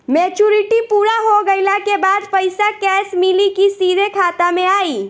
Maturity पूरा हो गइला के बाद पईसा कैश मिली की सीधे खाता में आई?